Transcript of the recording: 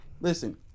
Listen